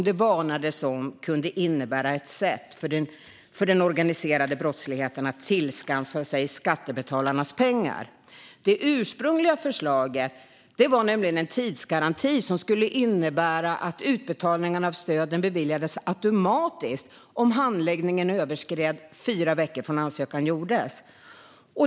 Det varnades om att det initiativet kunde innebära ett sätt för den organiserade brottsligheten att tillskansa sig skattebetalarnas pengar. Det ursprungliga förslaget var en tidsgaranti som skulle innebära att utbetalningarna av stöden beviljades automatiskt om handläggningen överskred fyra veckor från att ansökan gjordes.